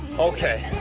okay.